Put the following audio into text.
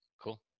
Cool